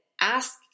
ask